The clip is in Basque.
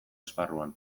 esparruan